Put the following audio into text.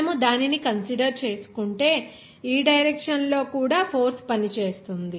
మనము దానిని కన్సిడర్ చేసుకుంటే ఈ డైరెక్షన్ లో కూడా ఫోర్స్ పనిచేస్తుంది